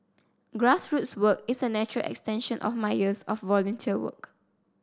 grassroots work is a natural extension of my years of volunteer work